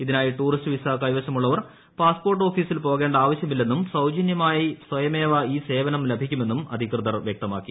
ഇതിനായി tourist visa കൈവശമുള്ളവർ passport ഓഫീസിൽ പോകേണ്ട ആവശ്യമില്ലെന്നും സൌജന്യമായി സ്വയമേവ ഈ സേവനം ലഭിക്കുമെന്നും അധികൃതർ വ്യക്തമാക്കി